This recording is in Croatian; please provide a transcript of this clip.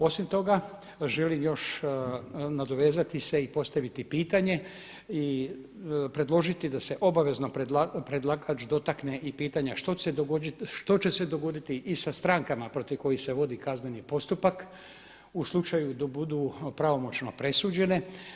Osim toga, želim još nadovezati se i postaviti pitanje i predložiti da se obavezno predlagač dotakne i pitanja što će se dogoditi i sa strankama protiv kojih se vodi kazneni postupak u slučaju da budu pravomoćno presuđene.